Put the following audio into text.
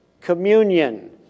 Communion